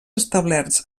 establerts